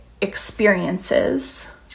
experiences